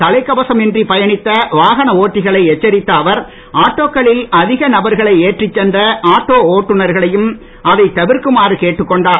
தலைக்கவசம் இன்றி பயணித்த வாகன ஒட்டிகளை எச்சரித்த அவர் ஆட்டோக்களில் அதிக நபர்களை ஏற்றிச் சென்ற ஆட்டோ ஓட்டுநர்களையும் அதைத் தவிர்க்குமாறு கேட்டுக் கொண்டார்